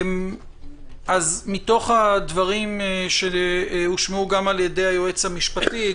מתוך הדברים שהושמעו גם על ידי היועץ המשפטי,